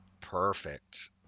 Perfect